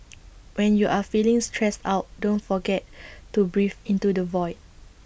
when you are feeling stressed out don't forget to breathe into the void